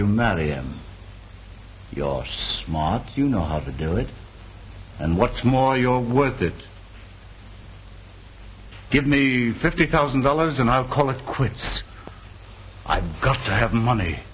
you married him your smock you know how to do it and what's more your worth it give me fifty thousand dollars and i call it quits i've got to have money